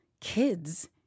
kids